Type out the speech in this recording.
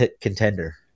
contender